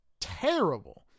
terrible